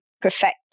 perfect